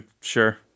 sure